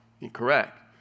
incorrect